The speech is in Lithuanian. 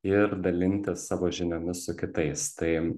ir dalintis savo žiniomis su kitais tai